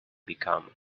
become